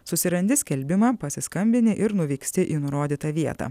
susirandi skelbimą pasiskambini ir nuvyksti į nurodytą vietą